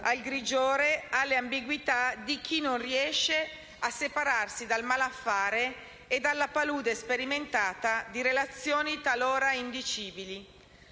al grigiore ed alle ambiguità di chi non riesce a separarsi dal malaffare e dalla palude sperimentata di relazioni talora indicibili.